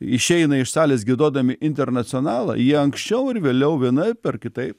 išeina iš salės giedodami internacionalą jie anksčiau ar vėliau vienaip ar kitaip